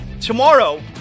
tomorrow